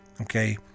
Okay